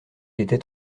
était